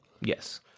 Yes